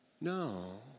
No